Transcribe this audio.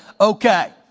okay